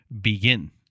begin